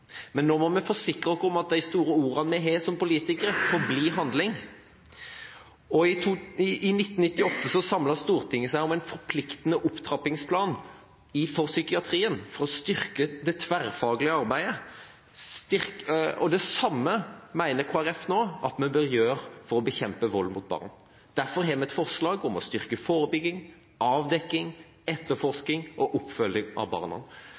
Men nå må vi forsikre oss om at de store ordene vi har som politikere, får bli handling. I 1998 samlet Stortinget seg om en forpliktende opptrappingsplan for psykiatrien for å styrke det tverrfaglige arbeidet, og det samme mener Kristelig Folkeparti nå at vi bør gjøre for å bekjempe volden mot barn. Derfor har vi et forslag om å styrke forebygging, avdekking, etterforskning og oppfølging av barna.